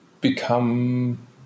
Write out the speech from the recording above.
become